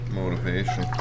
motivation